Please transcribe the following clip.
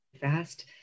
fast